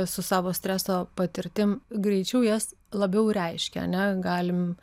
su savo streso patirtim greičiau jas labiau reiškia ar ne galim